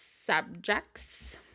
Subjects